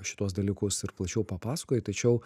šituos dalykus ir plačiau papasakojai tačiau